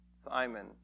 Simon